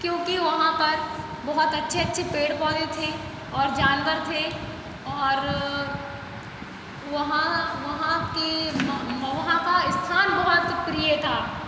क्योंकि वहाँ पर बहुत अच्छे अच्छे पेड़ पौधे थे और जानवर थे और वहाँ वहाँ के म मोहां का स्थान बहुत प्रिय था